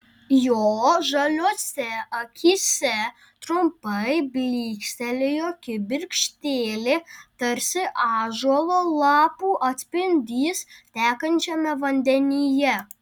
jo žaliose akyse trumpai blykstelėjo kibirkštėlė tarsi ąžuolo lapų atspindys tekančiame vandenyje